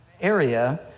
area